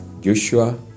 Joshua